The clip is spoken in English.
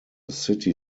city